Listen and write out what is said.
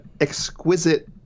exquisite